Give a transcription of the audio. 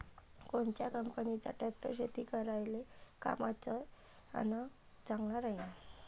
कोनच्या कंपनीचा ट्रॅक्टर शेती करायले कामाचे अन चांगला राहीनं?